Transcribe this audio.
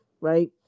right